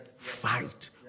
Fight